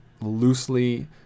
loosely